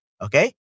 Okay